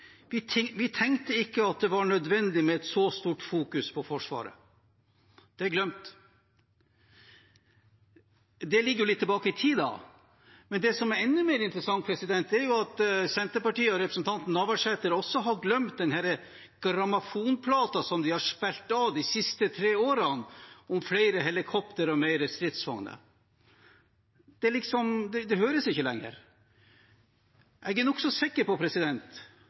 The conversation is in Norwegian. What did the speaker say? Vi tenkte ikke at det var nødvendig med så stort fokus på Forsvaret.» Det er glemt. Det ligger jo litt tilbake i tid, men det som er enda mer interessant, er at Senterpartiet og representanten Navarsete også har glemt denne grammofonplaten som de har spilt av de siste tre årene, om flere helikopter og mer stridsvogner. Det høres ikke lenger. Jeg er nokså sikker på